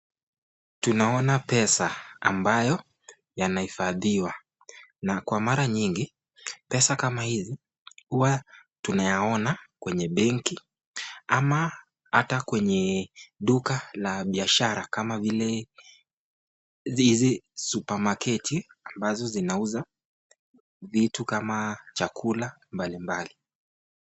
Tunaona pesa ambayo yanaifadhiwa. Na kwa mara nyingi pesa kama hizi huwa tunayaona kwenye benki ama hata kwenye duka la biashara kama vile hizi supermarket ambazo zinauza vitu kama chakula mbalimbali.